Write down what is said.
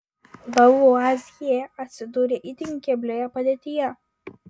lavuazjė atsidūrė itin keblioje padėtyje